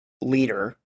leader